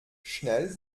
schnell